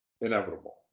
Inevitable